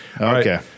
okay